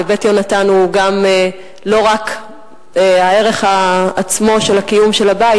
ו"בית יהונתן" הוא לא רק הערך עצמו של הקיום של הבית